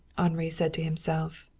henri said to himself.